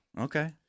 Okay